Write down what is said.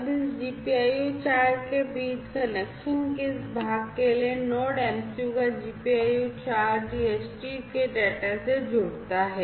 अब इस GPIO 4 के बीच कनेक्शन के इस भाग के लिए नोड MCU का GPIO 4 DHT के डेटा से जुड़ता है